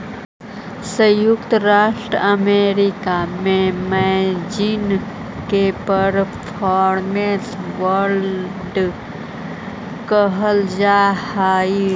संयुक्त राज्य अमेरिका में मार्जिन के परफॉर्मेंस बांड कहल जा हलई